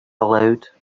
aloud